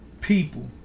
people